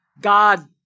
God